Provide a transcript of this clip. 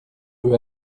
veux